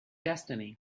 destiny